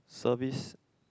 service